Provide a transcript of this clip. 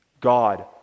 God